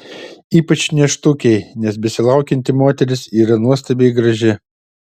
ypač nėštukei nes besilaukianti moteris yra nuostabiai graži